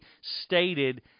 stated